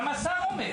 גם השר אומר.